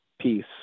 peace